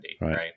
right